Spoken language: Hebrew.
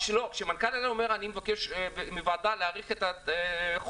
כשמנכ"ל אל-על אומר: אני מבקש מהוועדה להאריך את החוק,